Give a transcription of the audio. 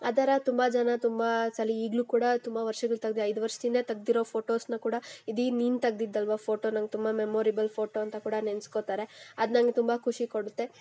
ಆ ಥರ ತುಂಬ ಜನ ತುಂಬ ಸಲ ಈಗಲೂ ಕೂಡ ತುಂಬ ವರ್ಷಗಳು ತೆಗೆದು ಐದು ವರ್ಷದಿಂದ ತೆಗೆದಿರೋ ಫೋಟೋಸ್ನೂ ಕೂಡ ಇದು ನೀನು ತೆಗೆದಿದ್ದು ಅಲ್ವಾ ಫೋಟೋ ನನಗೆ ತುಂಬ ಮೆಮೋರಿಬಲ್ ಫೋಟೋ ಅಂತ ಕೂಡ ನೆನೆಸ್ಕೋತಾರೆ ಅದು ನಂಗೆ ತುಂಬ ಖುಷಿ ಕೊಡುತ್ತೆ